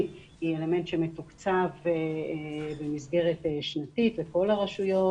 היא אלמנט שמתוקצב במסגרת שנתית לכל הרשויות,